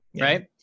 right